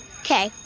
Okay